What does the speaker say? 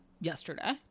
yesterday